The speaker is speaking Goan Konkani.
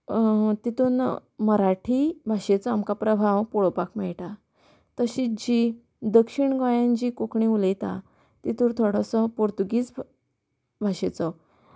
तातूंत मराठी भाशेचो आमकां प्रभाव पळोवपाक मेळटा तशीच जी दक्षीण गोंयांत जी कोंकणी उलयता तितूर थोडोसो पोर्तुगीज भाशेचो